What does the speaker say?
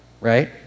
right